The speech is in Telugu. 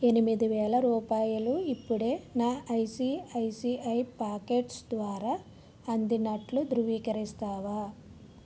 ఎనిమిదివేల రూపాయలు ఇప్పుడే నా ఐసిఐసిఐ పాకెట్స్ ద్వారా అందినట్లు ధృవీకరిస్తావా